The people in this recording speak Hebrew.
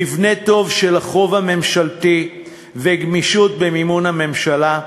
מבנה טוב של החוב הממשלתי וגמישות במימון הממשלה,